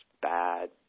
bad